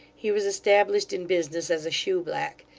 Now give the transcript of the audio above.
he was established in business as a shoeblack,